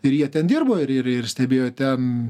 ir jie ten dirbo ir ir ir stebėjo ten